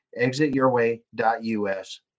ExitYourWay.us